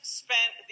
spent